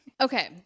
okay